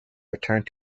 returned